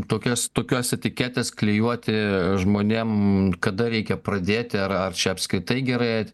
tokias tokios etiketės klijuoti žmonėm kada reikia pradėti ar ar čia apskritai gerai